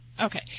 Okay